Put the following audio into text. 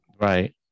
right